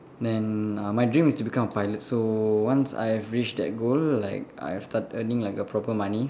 then uh my dream is to become a pilot so once I've reached that goal like I've start earning like a proper money